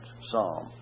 psalm